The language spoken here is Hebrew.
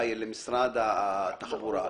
כל דבר במפעל תמיד-תמיד מונח לפתחו של בעל המפעל,